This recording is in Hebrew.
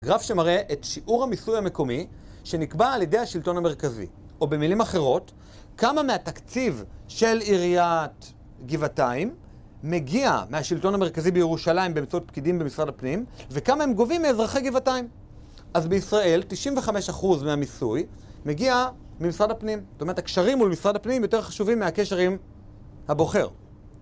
גרף שמראה את שיעור המיסוי המקומי שנקבע על ידי השלטון המרכזי או במילים אחרות, כמה מהתקציב של עיריית גבעתיים מגיע מהשלטון המרכזי בירושלים באמצעות פקידים במשרד הפנים וכמה הם גובים מאזרחי גבעתיים. אז בישראל 95% מהמיסוי מגיע ממשרד הפנים זאת אומרת הקשרים מול משרד הפנים יותר חשובים מהקשר עם הבוחר